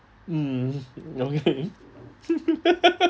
mm yong heng